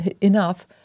enough